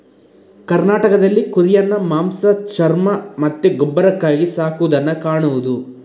ಕರ್ನಾಟಕದಲ್ಲಿ ಕುರಿಯನ್ನ ಮಾಂಸ, ಚರ್ಮ ಮತ್ತೆ ಗೊಬ್ಬರಕ್ಕಾಗಿ ಸಾಕುದನ್ನ ಕಾಣುದು